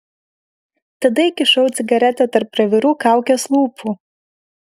tada įkišau cigaretę tarp pravirų kaukės lūpų